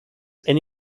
and